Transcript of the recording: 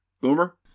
Boomer